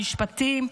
המשפטים,